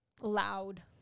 loud